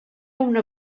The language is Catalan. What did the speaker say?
una